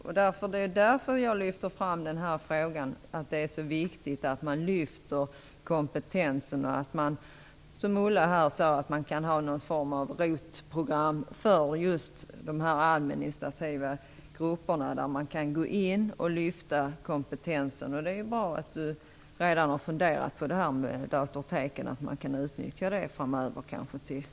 Det är därför jag poängterar att det är så viktigt att man lyfter kompetensen och att man kan ha någon form av ROT-program, som Ulla Hoffmann talade om, för att lyfta just de administrativa gruppernas kompetens. Det är bra att Anders Sundström redan har tänkt på att man framöver kan utnyttja det här med datorteken för kvinnorna.